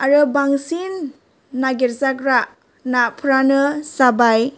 आरो बांसिन नागिर जाग्रा नाफोरानो जाबाय